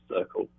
circle